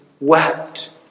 wept